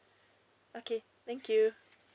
okay thank you